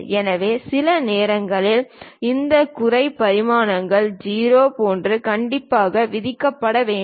எனவே சில நேரங்களில் இந்த குறைந்த பரிமாணங்கள் 0 போன்ற கண்டிப்பாக விதிக்கப்பட வேண்டும்